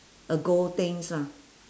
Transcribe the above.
ago things lah